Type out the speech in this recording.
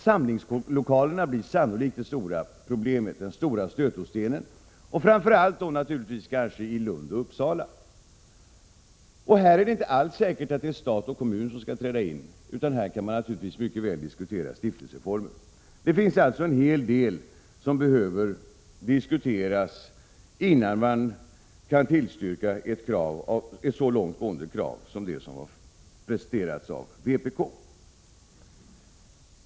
Samlingslokalerna utgör sannolikt det stora problemet, den stora stötestenen. Detta gäller kanske framför allt i Lund och Uppsala. Här är det inte alls säkert att stat och kommun skall träda in, utan här kan man mycket väl diskutera stiftelseformen. Det finns alltså en hel del som behöver diskuteras innan man kan tillstyrka ett så långt gående krav som det som vpk har presenterat.